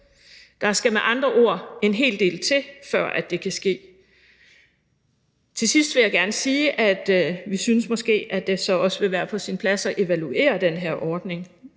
Der skal med andre ord en hel del til, før det kan ske. Til sidst vil jeg gerne sige, at vi synes, at det måske også vil være på sin plads at evaluere den her ordning,